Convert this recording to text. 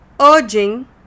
urging